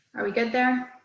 are we good there?